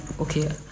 okay